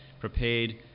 prepared